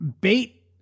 bait